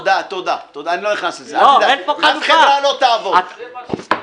בבקשה.